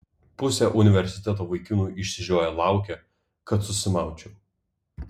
pusė universiteto vaikinų išsižioję laukia kad susimaučiau